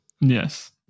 yes